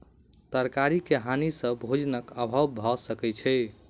तरकारी के हानि सॅ भोजनक अभाव भअ सकै छै